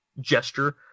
gesture